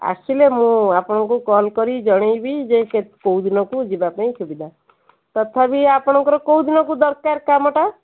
ଆସିଲେ ମୁଁ ଆପଣଙ୍କୁ କଲ୍ କରିକି ଜଣାଇବି ଯେ ସେ କେଉଁ ଦିନକୁ ଯିବା ପାଇଁ ସୁବିଧା ତଥାପି ଆପଣଙ୍କର କେଉଁ ଦିନକୁ ଦରକାର କାମଟା